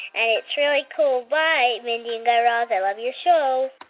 and it's really cool. bye, mindy and guy raz. i love your show